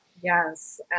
Yes